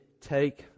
take